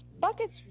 buckets